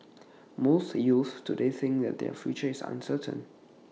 most youths today think that their future is uncertain